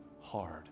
hard